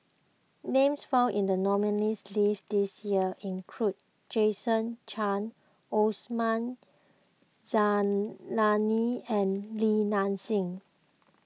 names found in the nominees' list this year include Jason Chan Osman Zailani and Li Nanxing